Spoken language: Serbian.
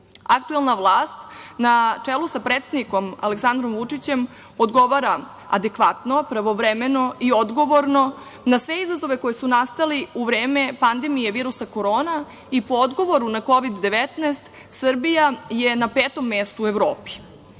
Aktuelna vlast na čelu sa predsednikom Aleksandrom Vučićem odgovara adekvatno, pravovremeno i odgovorno na sve izazove koji su nastali u vreme pandemije virusa korona i po odgovoru na Kovid 19, Srbija je na petom mestu u Evropi. Veliki